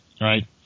right